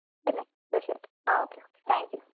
പിന്നെ തീര്ച്ചയായിട്ടും ah okay okay thank you